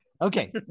Okay